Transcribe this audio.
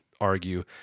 argue